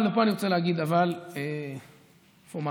אבל, ופה אני רוצה להגיד אבל, איפה מקלב,